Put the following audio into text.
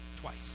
twice